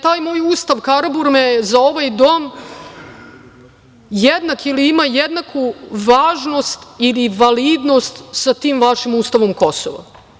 Taj moj ustav Karaburme za ovaj dom je jednak ili ima jednaku važnost ili validnost sa tim vašim ustavom Kosova.